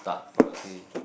okay